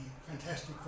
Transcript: fantastic